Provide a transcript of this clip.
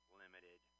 limited